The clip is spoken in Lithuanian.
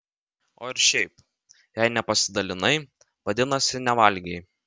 o ir šiaip jei nepasidalinai vadinasi nevalgei